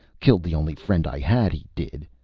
killed the only friend i had, he did.